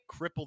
cripple